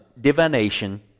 divination